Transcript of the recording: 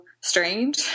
strange